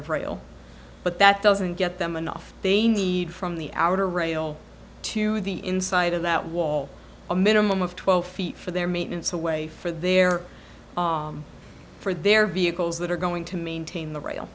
of rail but that doesn't get them enough they need from the outer rail to the inside of that wall a minimum of twelve feet for their maintenance away for their for their vehicles that are going to maintain the rail